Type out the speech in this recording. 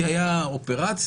כי הייתה אופרציה,